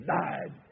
died